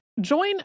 Join